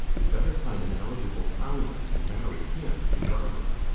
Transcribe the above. had better find an eligible foundling and marry him to barbara.